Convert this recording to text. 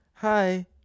Hi